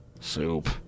Soup